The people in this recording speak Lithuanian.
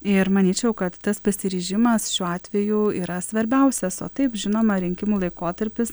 ir manyčiau kad tas pasiryžimas šiuo atveju yra svarbiausias o taip žinoma rinkimų laikotarpis